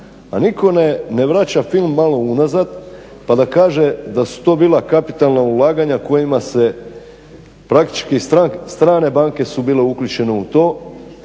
A nitko ne vraća film malo unazad pa da kaže da su to bila kapitalna ulaganja kojima se praktički strane banke su bile uključene u to